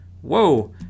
Whoa